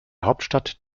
hauptstadt